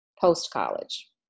post-college